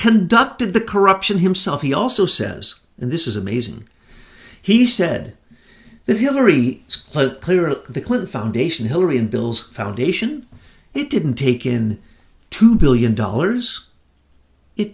conducted the corruption himself he also says and this is amazing he said that hillary was clear of the clinton foundation hillary and bill's foundation it didn't take in two billion dollars it